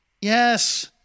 Yes